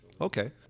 Okay